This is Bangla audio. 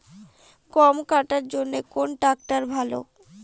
গম কাটার জন্যে কোন ট্র্যাক্টর ভালো?